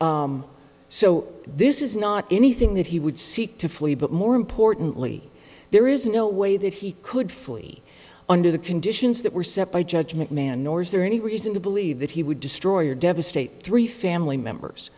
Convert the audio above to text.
calculated so this is not anything that he would seek to flee but more importantly there is no way that he could flee under the conditions that were set by judge mcmahon nor is there any reason to believe that he would destroy or devastate three family members